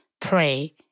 pray